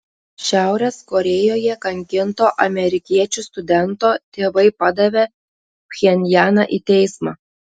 šiaurės korėjoje kankinto amerikiečių studento tėvai padavė pchenjaną į teismą